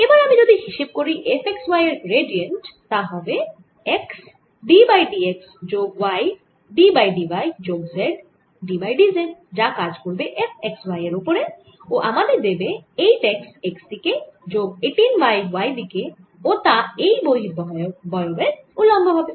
এবার আমি যদি হিসেব করি f x y এর গ্র্যাডিয়েন্ট তা হবে x d by d x যোগ y d by d y যোগ z d by d z যা কাজ করবে f x y এর ওপর ও আমাদের দেবে 8 x x দিকে যোগ 18 y y দিকে ও তা এই বহিরবয়ব এর উলম্ব হবে